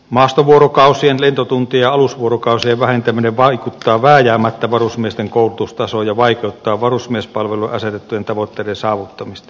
maastovuorokausien lentotuntien ja alusvuorokausien vähentäminen vaikuttaa vääjäämättä varusmiesten koulutustasoon ja vaikeuttaa varusmiespalvelulle asetettujen tavoitteiden saavuttamista